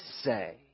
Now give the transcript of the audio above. say